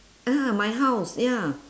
ah my house ya